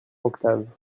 octave